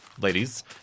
ladies